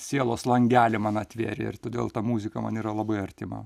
sielos langelį man atvėrė ir todėl ta muzika man yra labai artima